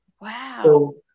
Wow